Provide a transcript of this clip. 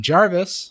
Jarvis